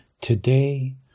Today